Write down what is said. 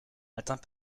atteint